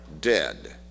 Dead